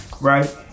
Right